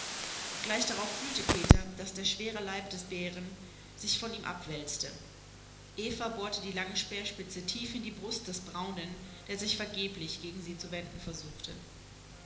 gleich darauf fühlte peter daß der schwere leib des bären sich von ihm abwälzte eva bohrte die lange speerspitze tief in die brust des braunen der sich vergeblich gegen sie zu wenden versuchte